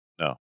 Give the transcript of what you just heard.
no